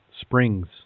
springs